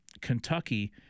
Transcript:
Kentucky